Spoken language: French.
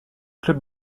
club